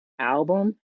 Album